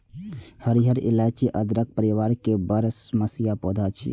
हरियर इलाइची अदरक परिवार के बरमसिया पौधा छियै